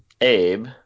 Abe